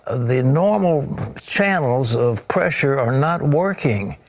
the normal channels of pressure are not working.